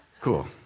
Cool